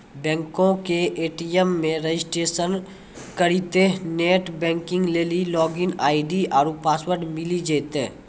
बैंको के ए.टी.एम मे रजिस्ट्रेशन करितेंह नेट बैंकिग लेली लागिन आई.डी आरु पासवर्ड मिली जैतै